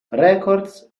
records